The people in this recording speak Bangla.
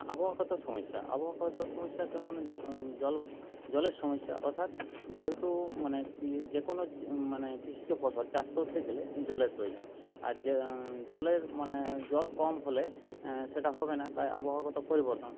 আবহাওয়াগত সমস্যা আবহাওয়াগত সমস্যা কেমন জল জলের সমস্যা অর্থাৎ যেহেতু মানে যেকোনো মানে কৃষিজ ফসল চাষ করতে গেলে জলের প্রয়োজন আর জলের মানে জল কম হলে সেটা হবে না তাই আবহাওয়াগত পরিবর্তন